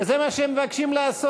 וזה מה שהם מבקשים לעשות.